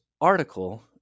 article